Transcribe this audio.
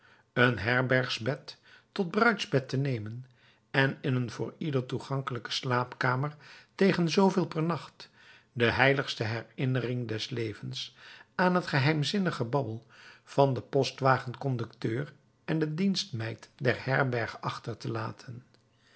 een herbergsbed tot bruidsbed te nemen en in een voor ieder toegankelijke slaapkamer tegen zooveel per nacht de heiligste herinnering des levens aan het geheimzinnig gebabbel van den postwagenconducteur en de dienstmeid der herberg achter te laten